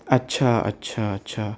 اچھا اچھا اچھا